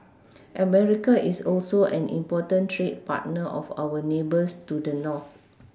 America is also an important trade partner of our neighbours to the North